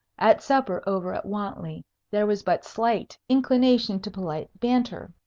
at supper over at wantley there was but slight inclination to polite banter.